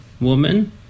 woman